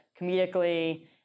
comedically